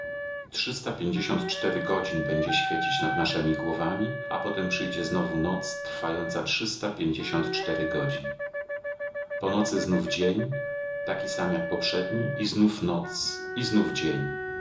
trzysta pięćdziesiąt cztery godzin będzie świecić nad naszemi głowami a potem przyjdzie znowu noc trwająca trzysta pięćdziesiąt cztery godzin po nocy znów dzień taki sam jak poprzedni i znowu noc i znów dzień